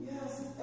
Yes